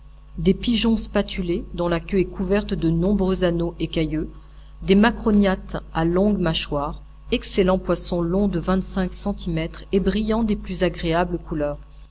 des pigeons spatulés dont la queue est couverte de nombreux anneaux écailleux des macrognathes à longue mâchoire excellents poissons longs de vingt-cinq centimètres et brillants des plus agréables couleurs